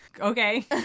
Okay